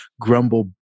grumble